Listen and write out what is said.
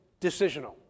decisional